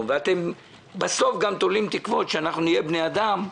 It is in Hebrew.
ואתם בסוף גם תולים תקוות שאנחנו נהיה בני אדם,